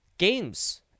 Games